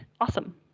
awesome